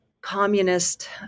communist